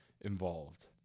involved